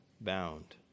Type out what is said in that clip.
bound